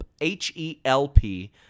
H-E-L-P